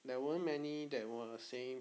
there weren't many that were saying